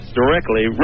directly